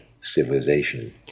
civilization